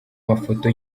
mafoto